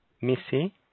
Missy